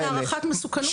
זה חלק מהערכת המסוכנות.